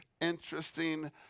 interesting